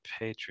patreon